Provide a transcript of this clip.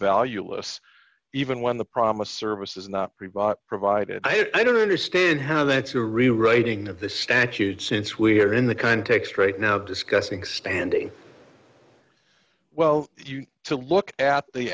valueless even when the promise service is not pre bought provided i don't understand how that's a rewriting of the statute since we're in the context right now discussing standing well you to look at the